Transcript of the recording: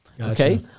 okay